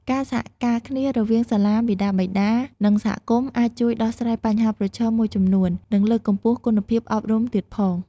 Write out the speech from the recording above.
ការសហការគ្នារវាងសាលា មាតាបិតា និងសហគមន៍អាចជួយដោះស្រាយបញ្ហាប្រឈមមួយចំនួន និងលើកកម្ពស់គុណភាពអប់រំទៀតផង។